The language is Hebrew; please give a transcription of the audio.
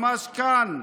ממש כאן,